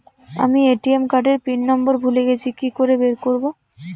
আমি ATM card এর pin number ভুলে গেছি কি করে বের করব?